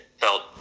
felt